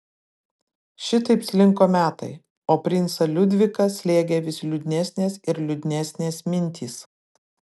šitaip slinko metai o princą liudviką slėgė vis liūdnesnės ir liūdnesnės mintys